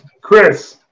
Chris